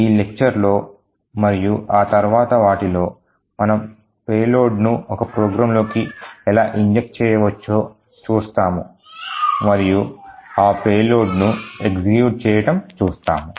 ఈ లెక్చర్ లో మరియు ఆ తరువాత వాటిలో మనం పేలోడ్ను ఒక ప్రోగ్రామ్లోకి ఎలా ఇంజెక్ట్ చేయవచ్చో చూస్తాము మరియు ఆ పేలోడ్ను execute చేయడం చూస్తాము